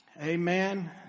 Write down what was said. Amen